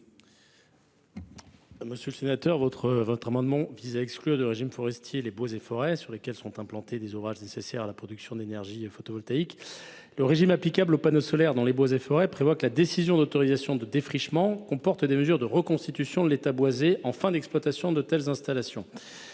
Monsieur le sénateur, votre amendement vise à exclure du régime forestier les bois et forêts sur lesquels sont implantés les ouvrages nécessaires à la production d’énergie photovoltaïque. Le régime applicable aux panneaux solaires dans les bois et forêts prévoit que la décision d’autorisation de défrichement comporte des mesures de reconstitution de l’état boisé en fin d’exploitation. Cette obligation